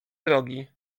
drogi